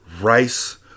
rice